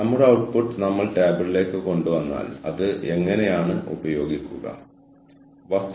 ഇപ്പോൾ ഇത് ഹരിത ഉൽപ്പന്നങ്ങളും സേവനങ്ങളും സ്വമേധയാ ഉള്ള പ്രോഗ്രാമുകളും ബാധിക്കുകയും ഫലിക്കുകയും ചെയ്യുന്നു